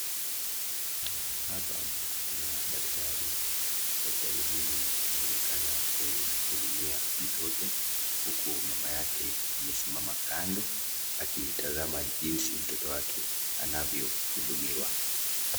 Hapa kuna daktari, daktari huyu anaonekana kumhudumia mtoto huku mama yake amesimama kando akitazama jinsi mtoto wake anavyohudumiwa.